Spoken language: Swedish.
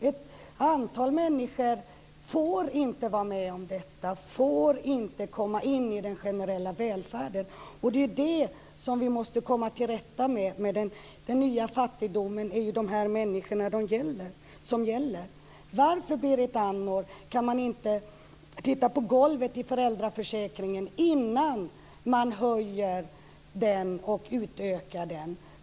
Ett antal människor får inte vara med om detta, får inte komma in i den generella välfärden. Det är det som vi måste komma till rätta med, den nya fattigdomen, som gäller dessa människor. Varför kan man inte titta på golvet i föräldraförsäkringen innan man utökar den?